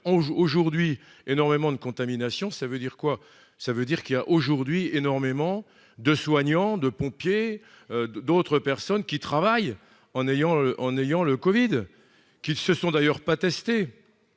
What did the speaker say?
aujourd'hui énormément de contamination, ça veut dire quoi, ça veut dire qu'il y a aujourd'hui énormément de soignants, de pompiers, d'autres personnes qui travaillent en ayant en ayant le Covid qui se sont d'ailleurs pas testé,